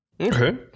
Okay